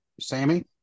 Sammy